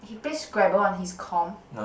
he plays Scrabble on his com